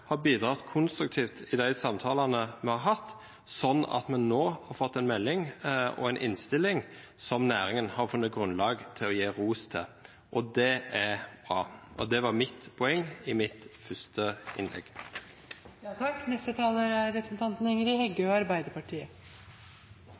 har bidratt konstruktivt i de samtalene vi har hatt, sånn at vi nå har fått en melding og en innstilling som næringen har funnet grunnlag for å gi ros til. Det er bra, og det var mitt poeng i mitt første innlegg. Representanten Ingrid Heggø